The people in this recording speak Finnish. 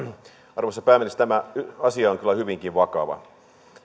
arvoisa pääministeri tämä asia on kyllä hyvinkin vakava